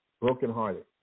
brokenhearted